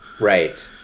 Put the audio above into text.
Right